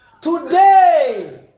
Today